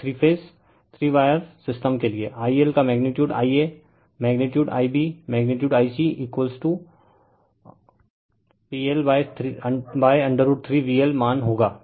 अब three phase three wire system के लिए I L का magnitude Ia magnitude Ib magnitude I c मान PL√ 3VL होगा